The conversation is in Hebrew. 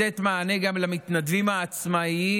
לתת מענה גם למתנדבים העצמאים,